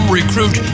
recruit